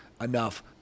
enough